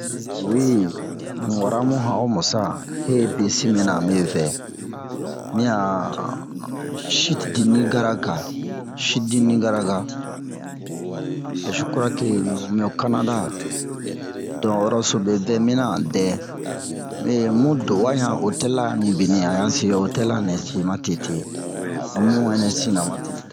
Oyi un wara mu han o mu sa he besin mɛna a mɛ vɛ mi a ho shit-dimigraka shit-dinigraka e ze kura ke mu mi ho kanada don ho horoso me vɛ mina an dɛ mɛ mu do'uwa yan otɛl la yan mibini han yan se otel la nɛ se ma tete a mu ɛnɛ sin na ma tete